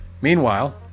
Meanwhile